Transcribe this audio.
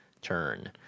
turn